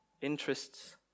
interests